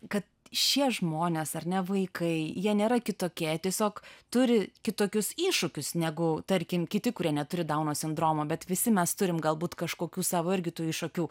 kad šie žmonės ar ne vaikai jie nėra kitokie jie tiesiog turi kitokius iššūkius negu tarkim kiti kurie neturi dauno sindromo bet visi mes turim galbūt kažkokių savo irgi tų iššūkių